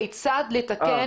כיצד לתקן?